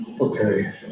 Okay